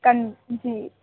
कं जी